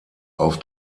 auf